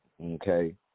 okay